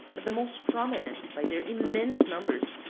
but the most prominent, by their immense numbers,